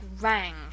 rang